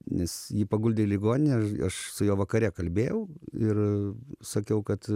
nes jį paguldė į ligoninę aš aš su juo vakare kalbėjau ir sakiau kad